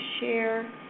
share